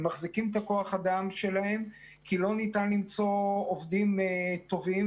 הם מחזיקים את כוח האדם שלהם כי לא ניתן למצוא עובדים טובים,